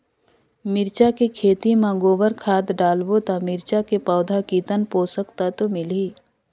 मिरचा के खेती मां गोबर खाद डालबो ता मिरचा के पौधा कितन पोषक तत्व मिलही?